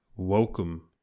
Welcome